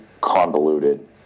convoluted